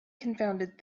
confounded